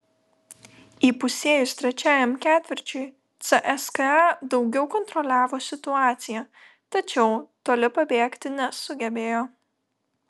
įpusėjus trečiajam ketvirčiui cska daugiau kontroliavo situaciją tačiau toli pabėgti nesugebėjo